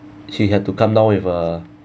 he had to come down with a